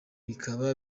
bikaba